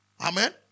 Amen